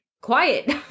quiet